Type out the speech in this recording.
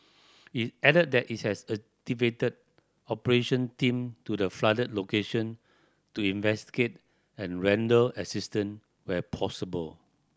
it added that it has activated operation team to the flooded location to investigate and render assistant where possible